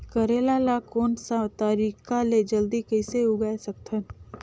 करेला ला कोन सा तरीका ले जल्दी कइसे उगाय सकथन?